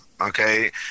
Okay